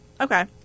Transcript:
Okay